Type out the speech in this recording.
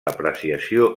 apreciació